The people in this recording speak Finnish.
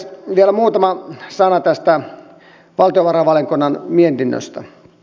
vielä muutama sana tästä valtiovarainvaliokunnan mietinnöstä